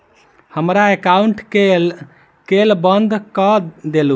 हमरा एकाउंट केँ केल बंद कऽ देलु?